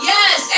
Yes